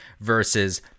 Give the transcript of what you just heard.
versus